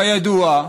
כידוע,